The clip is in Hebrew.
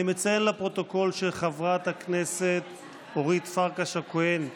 אני מציין לפרוטוקול שחברת הכנסת אורית פרקש הכהן,